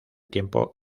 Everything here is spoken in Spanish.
tiempo